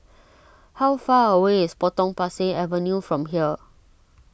how far away is Potong Pasir Avenue from here